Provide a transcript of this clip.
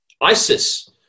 Isis